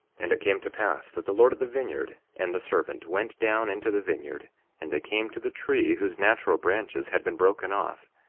and it came to pass that the lord of the vineyard and the servant went down into the vineyard and they came to the tree whose natural branches had been broken off,